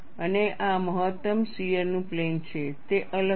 અને આ મહત્તમ શીયર નું પ્લેન છે તે અલગ છે